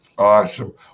Awesome